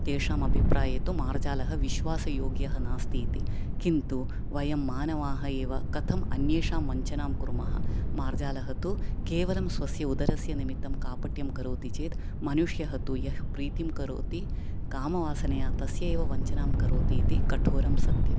तेषामभिप्राये तु मार्जालः विश्वासयोग्यः नास्ति इति किन्तु वयं मानवाः एव कथम् अन्येषां वञ्चनां कुर्मः मार्जालः तु केवलं स्वस्य उदरस्य निमित्तं कापट्यं करोति चेत् मनुष्यः तु यः प्रीतिं करोति कामवासनया तस्यैव वञ्चनां करोति इति कठोरं सत्यम्